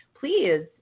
please